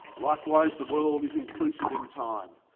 likewise, the world is inclusive in time.